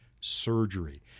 surgery